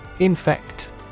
Infect